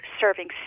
serving